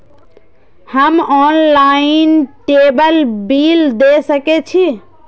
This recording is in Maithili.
हम ऑनलाईनटेबल बील दे सके छी?